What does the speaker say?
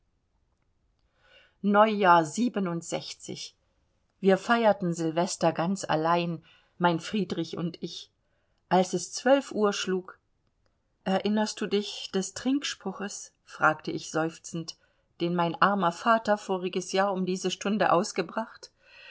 neujahr wir feierten sylvester ganz allein mein friedrich und ich als es zwölf uhr schlug erinnerst du dich des trinkspruches fragte ich seufzend den mein armer vater voriges jahr um diese stunde ausgebracht